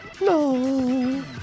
No